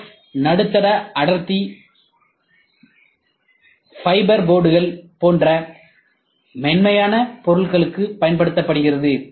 F நடுத்தர அடர்த்தி fibre போர்டுகள் போன்ற மென்மையான பொருட்களுக்குப் படுத்தப்படுகிறது